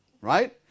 right